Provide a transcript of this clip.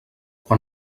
quan